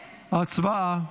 הצבעה.